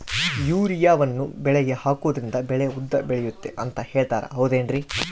ಯೂರಿಯಾವನ್ನು ಬೆಳೆಗೆ ಹಾಕೋದ್ರಿಂದ ಬೆಳೆ ಉದ್ದ ಬೆಳೆಯುತ್ತೆ ಅಂತ ಹೇಳ್ತಾರ ಹೌದೇನ್ರಿ?